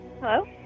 Hello